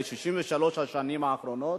ב-63 השנים האחרונות,